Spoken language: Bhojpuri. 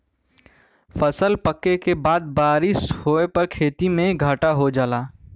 फसल पके के बाद बारिस होए पर खेती में घाटा हो जाला